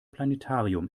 planetarium